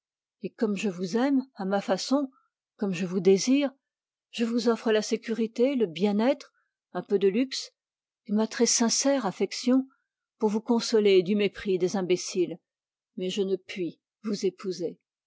et comme je vous aime à ma façon comme je vous désire je vous offre la sécurité le bien-être un peu de luxe et ma très sincère affection pour vous consoler du mépris des imbéciles mais je ne puis vous épouser